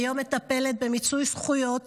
היום מטפלת במיצוי זכויות